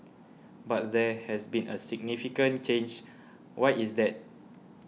but there has been a significant change why is that